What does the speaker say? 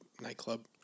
nightclub